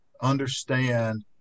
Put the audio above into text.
understand